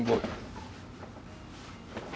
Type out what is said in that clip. boat